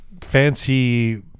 Fancy